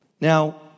Now